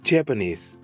Japanese